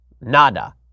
Nada